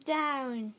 down